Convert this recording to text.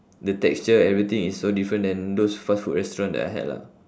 the texture everything is so different than those fast food restaurant that I had lah